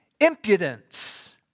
impudence